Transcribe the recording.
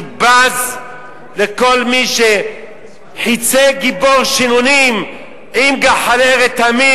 אני בז לכל מי ש"חצי גבור שנונים עם גחלי רתמים.